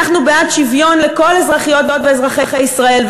אנחנו בעד שוויון לכל אזרחיות ואזרחי ישראל.